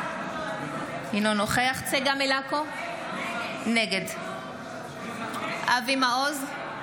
אינו נוכח צגה מלקו, נגד אבי מעוז,